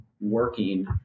working